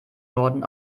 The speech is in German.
norden